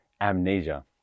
amnesia